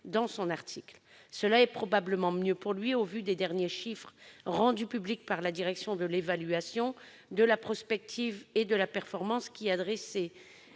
dans son article. C'est probablement un choix judicieux pour lui, au vu des derniers chiffres rendus publics par la direction de l'évaluation, de la prospective et de la performance, qui a dressé